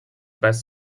best